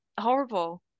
horrible